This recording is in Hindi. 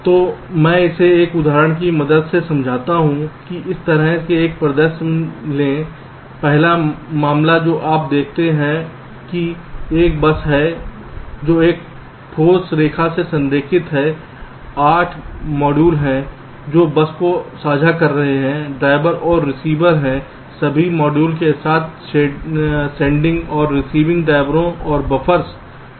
तो मैं इसे एक उदाहरण की मदद से समझाता हूं कि इस तरह से एक परिदृश्य लें पहला मामला जो आप देखते हैं कि एक बस है जो इस ठोस रेखा से संकेतित है 8 मॉड्यूल हैं जो बस को साझा कर रहे हैं ड्राइवर और रिसीवर हैं सभी मॉड्यूल के साथ सेंडिंग और रिसीविंग ड्राइवरों और बफ़र्स है